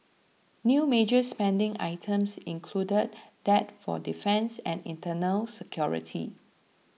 new major spending items included that for defence and internal security